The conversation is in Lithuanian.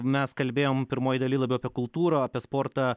mes kalbėjom pirmoj daly labiau apie kultūrą apie sportą